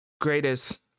greatest